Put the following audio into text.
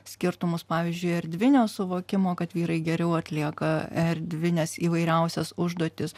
skirtumus pavyzdžiui erdvinio suvokimo kad vyrai geriau atlieka erdvines įvairiausias užduotis